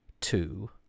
two